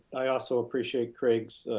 i also appreciate craig's